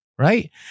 right